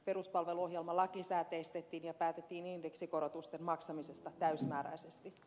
peruspalveluohjelma lakisääteistettiin ja päätettiin indeksikorotusten maksamisesta täysimääräisesti